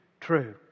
true